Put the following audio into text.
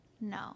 No